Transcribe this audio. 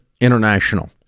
international